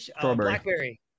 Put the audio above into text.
blackberry